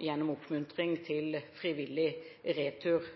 gjennom oppmuntring i frivillig retur.